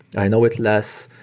i know it less.